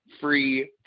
free